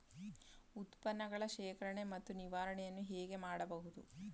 ಉತ್ಪನ್ನಗಳ ಶೇಖರಣೆ ಮತ್ತು ನಿವಾರಣೆಯನ್ನು ಹೇಗೆ ಮಾಡಬಹುದು?